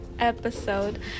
episode